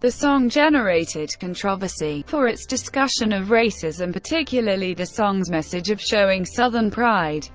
the song generated controversy for its discussion of racism, particularly the song's message of showing southern pride